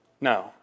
No